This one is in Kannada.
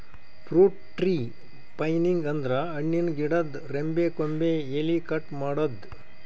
ಫ್ರೂಟ್ ಟ್ರೀ ಪೃನಿಂಗ್ ಅಂದ್ರ ಹಣ್ಣಿನ್ ಗಿಡದ್ ರೆಂಬೆ ಕೊಂಬೆ ಎಲಿ ಕಟ್ ಮಾಡದ್ದ್